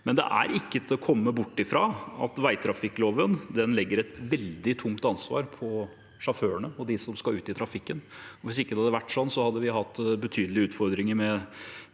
Men det er ikke til komme bort fra at vegtrafikkloven legger et veldig tungt ansvar på sjåførene og dem som skal ut i trafikken. Hvis ikke det var sånn, hadde vi hatt betydelige trafikale